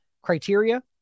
criteria